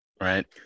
Right